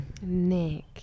Nick